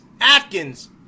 Atkins